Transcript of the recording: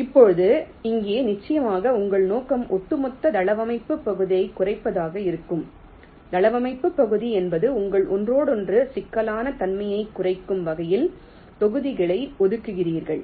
இப்போது இங்கே நிச்சயமாக உங்கள் நோக்கம் ஒட்டுமொத்த தளவமைப்புப் பகுதியைக் குறைப்பதாக இருக்கும் தளவமைப்பு பகுதி என்பது உங்கள் ஒன்றோடொன்று சிக்கலான தன்மையைக் குறைக்கும் வகையில் தொகுதிகளை ஒதுக்கியுள்ளீர்கள்